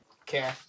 Okay